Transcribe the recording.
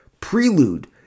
prelude